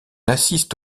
assiste